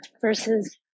versus